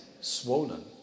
swollen